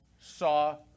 saw